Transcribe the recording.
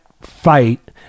fight